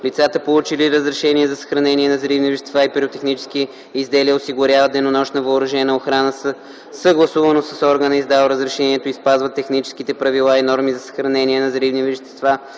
Лицата, получили разрешение за съхранение на взривни вещества и пиротехнически изделия, осигуряват денонощна въоръжена охрана съгласувано с органа, издал разрешението, и спазват техническите правила и норми за съхранение на взривни вещества